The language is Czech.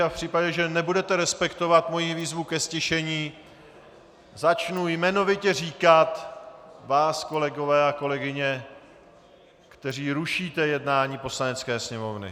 V případě, že nebudete respektovat moji výzvu ke ztišení, začnu jmenovitě říkat vás, kolegové a kolegyně, kteří rušíte jednání Poslanecké sněmovny.